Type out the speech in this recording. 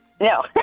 No